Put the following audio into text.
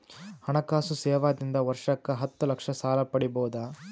ಹಣಕಾಸು ಸೇವಾ ದಿಂದ ವರ್ಷಕ್ಕ ಹತ್ತ ಲಕ್ಷ ಸಾಲ ಪಡಿಬೋದ?